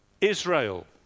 Israel